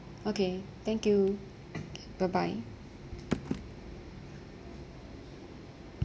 okay thank you bye bye